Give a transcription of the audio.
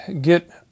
get